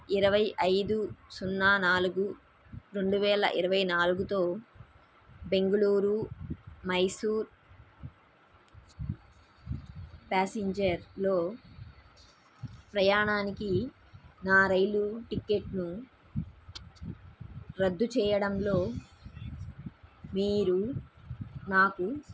ఇరవై ఐదు సున్నా నాలుగు రెండువేల ఇరవై నాలుగుతో బెంగుళూరు మైసూర్ పాసెంజర్లో ప్రయాణానికి నా రైలు టికెట్ను రద్దు చేయడంలో మీరు నాకు